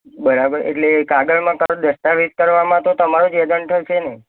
બરાબર એટલે કાગળમાં કરો દસ્તાવેજ કરવામાં તો તમારો જ અજેન્ટ હશે ને